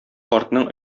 картның